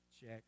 check